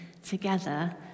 Together